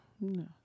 No